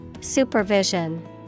Supervision